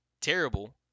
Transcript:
terrible